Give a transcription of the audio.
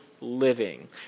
living